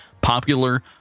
popular